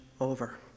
over